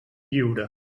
lliure